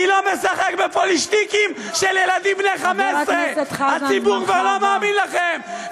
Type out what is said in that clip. אני לא משחק בפוילעשטיקים של ילדים בני 15. הציבור כבר לא מאמין לכם,